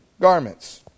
garments